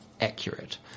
accurate